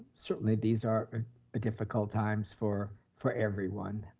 certainly these are ah difficult times for for everyone.